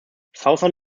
southern